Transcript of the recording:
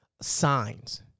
signs